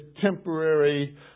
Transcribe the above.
temporary